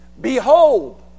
behold